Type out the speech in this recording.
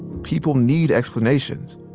people need explanations.